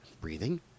breathing